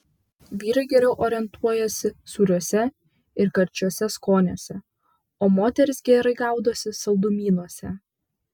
vyrai geriau orientuojasi sūriuose ir karčiuose skoniuose o moterys gerai gaudosi saldumynuose